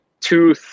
two